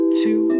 two